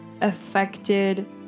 affected